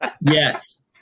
Yes